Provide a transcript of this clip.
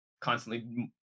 constantly